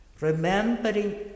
remembering